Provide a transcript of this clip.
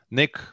nick